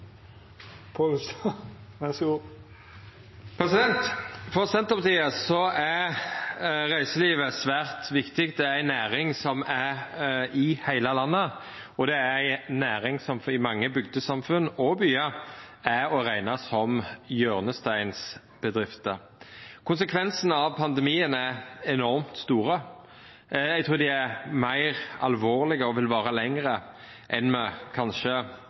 For Senterpartiet er reiselivet svært viktig. Det er ei næring som er i heile landet, og det er ei næring som i mange bygdesamfunn og byar er å rekna som ei hjørnesteinsbedrift. Konsekvensane av pandemien er enormt store. Eg trur dei er meir alvorlege og vil vara lenger enn me kanskje